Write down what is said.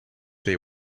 they